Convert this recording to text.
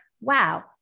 wow